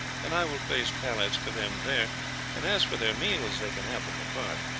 and i will place pallets for them there and as for their meals they can have them apart.